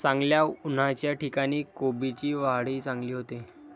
चांगल्या उन्हाच्या ठिकाणी कोबीची वाढही चांगली होते